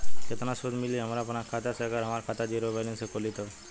केतना सूद मिली हमरा अपना खाता से अगर हमार खाता ज़ीरो बैलेंस से खुली तब?